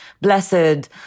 blessed